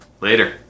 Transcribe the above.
Later